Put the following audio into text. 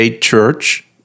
Church